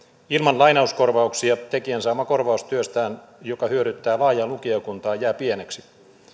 ilman lainauskorvauksia tekijän saama korvaus työstään joka hyödyttää laajaa lukijakuntaa jää pieneksi